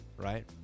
Right